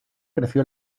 creció